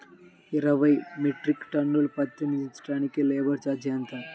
ఇరవై metric ton పత్తి దించటానికి లేబర్ ఛార్జీ ఎంత?